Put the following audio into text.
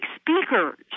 speakers